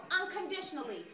unconditionally